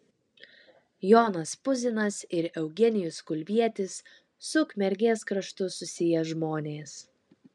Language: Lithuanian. jonas puzinas ir eugenijus kulvietis su ukmergės kraštu susiję žmonės